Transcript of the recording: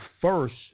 first